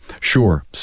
Sure